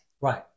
Right